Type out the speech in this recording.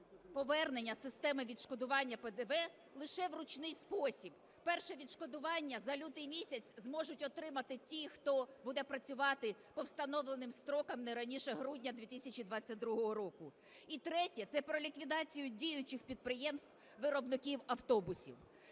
повернення системи відшкодування ПДВ лише в ручний спосіб. Перше відшкодування за лютий місяць зможуть отримати ті, хто буде працювати по встановленим строкам не раніше грудня 2022 року. І третє – це про ліквідацію діючих підприємств виробників автобусів.